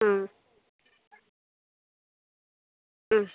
ആ ആ